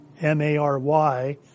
M-A-R-Y